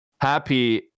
Happy